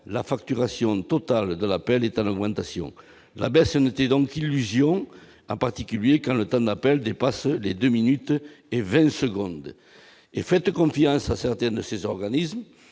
la facturation totale de la paix est l'augmentation, la baisse, ce n'était donc illusion en particulier quand l'Otan appelle dépasser les 2 minutes et 20 secondes et faites confiance à certaines de ces organismes,